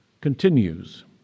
continues